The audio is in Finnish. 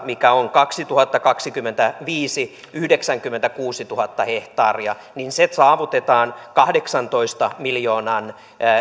mikä on vuodelle kaksituhattakaksikymmentäviisi yhdeksänkymmentäkuusituhatta hehtaaria se saavutetaan kahdeksantoista miljoonan